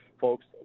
folks